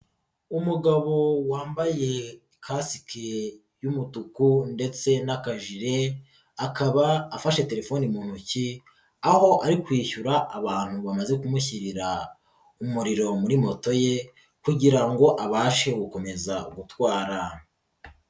Umugabo wambaye kasike y'umutuku ndetse n'akajire, akaba afashe telefoni mu ntoki aho ari kwishyura abantu bamaze kumushyirira umuriro muri moto ye kugira ngo abashe gukomeza gutwara.